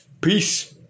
Peace